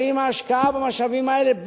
האם ההשקעה במשאבים האלה,